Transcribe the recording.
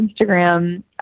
Instagram